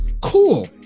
Cool